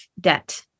debt